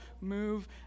move